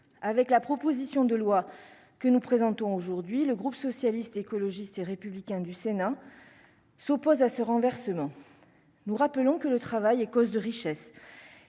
avec la proposition de loi que nous présentons aujourd'hui le groupe socialiste, écologiste et républicain du Sénat s'oppose à ce renversement, nous rappelons que le travail est cause de richesses,